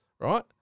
Right